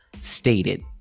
stated